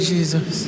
Jesus